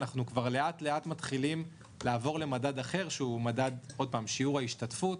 אנחנו לאט לאט מתחילים לעבור למדד אחר שהוא מדד שיעור ההשתתפות.